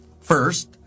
First